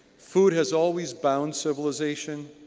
food has always bound civilization,